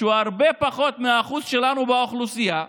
שהוא הרבה פחות מהאחוז שלנו באוכלוסייה,